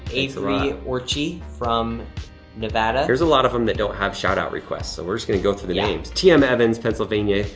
avery orchy from nevada. there's a lot of them that don't have shout-out requests, so we're just gonna go through the names. t. m. evans pennsylvania.